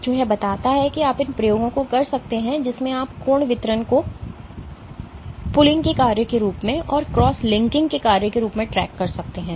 तो यह बताता है कि आप इन प्रयोगों को कर सकते हैं जिसमें आप कोण वितरण को पुलिंग के कार्य के रूप में और क्रॉस लिंकिंग के कार्य के रूप में ट्रैक कर सकते हैं